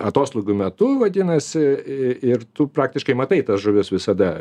atoslūgių metu vadinasi ir tu praktiškai matai tas žuvis visada